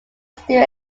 still